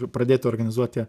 pradėti organizuoti